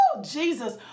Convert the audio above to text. Jesus